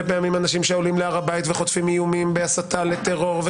פעמים אנשים שעולים להר הבית וחוטפים איומים בהסתה לטרור.